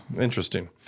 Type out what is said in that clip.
Interesting